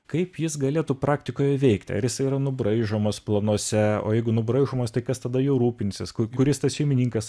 kaip jis galėtų praktikoje veikti ar jisai yra nubraižomas planuose o jeigu nubraižomas tai kas tada juo rūpinsis kuris tas šeimininkas